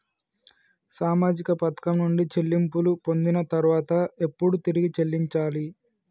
సామాజిక పథకం నుండి చెల్లింపులు పొందిన తర్వాత ఎప్పుడు తిరిగి చెల్లించాలి?